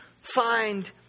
find